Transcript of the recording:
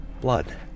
blood